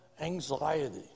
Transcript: anxiety